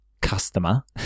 customer